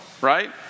right